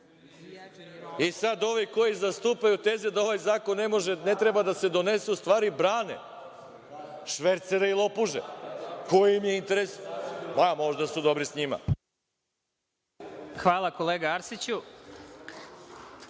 I sad ovi koji zastupaju tezu da ovaj zakon ne treba da se donese u stvari brane švercere i lopuže. Koji im je interes? Možda su dobri sa njima. **Vladimir